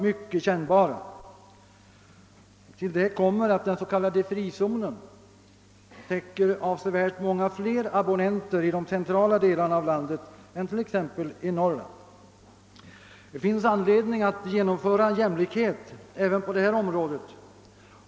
Härtill komer att den s.k. frizonen täcker avsevärt fler abonnenter i de centrala delarna av landet än t.ex. i Norrland. Det finns anledning att även på detta område genomföra jämlikhet.